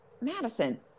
Madison